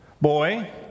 boy